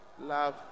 love